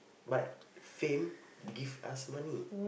but fame give us money